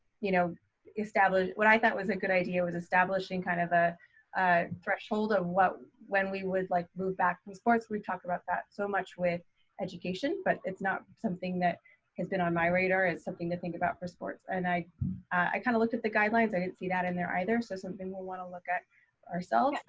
you know what i thought was a good idea was establishing kind of a ah threshold of when we would like move back from sports. we've talked about that so much with education but it's not something that has been on my radar, it's something to think about for sports and i i kind of looked at the guidelines, i didn't see that in there either. so something we'll wanna look at ourselves. ah